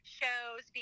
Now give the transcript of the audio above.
shows